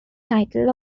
title